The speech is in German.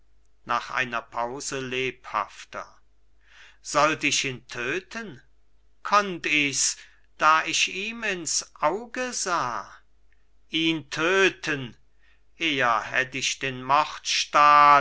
nach einer pause lebhafter sollt ich ihn töten konnt ichs da ich ihm ins auge sah ihn töten eher hätt ich den